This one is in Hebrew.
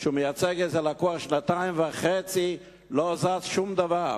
הוא מייצג איזה לקוח שנתיים וחצי ולא זז שום דבר.